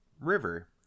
River